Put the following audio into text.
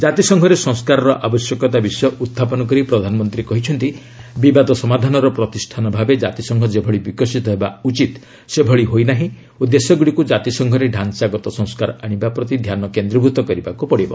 ଜାତିସଂଘରେ ସଂସ୍କାରର ଆବଶ୍ୟକତା ବିଷୟ ଉତ୍ଥାପନ କରି ପ୍ରଧାନମନ୍ତ୍ରୀ କହିଛନ୍ତି ବିବାଦ ସମାଧାନର ପ୍ରତିଷ୍ଠାନ ଭାବେ ଜାତିସଂଘ ଯେଭଳି ବିକଶିତ ହେବା ଉଚିତ ସେଭଳି ହୋଇ ନାହିଁ ଓ ଦେଶଗୁଡ଼ିକୁ ଜାତିସଂଘରେ ତାଞ୍ଚାଗତ ସଂସ୍କାର ଆଣିବା ପ୍ରତି ଧ୍ୟାନ କେନ୍ଦ୍ରୀଭୂତ କରିବାକୁ ହେବ